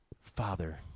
father